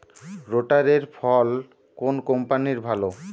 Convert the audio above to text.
রোটারের ফল কোন কম্পানির ভালো?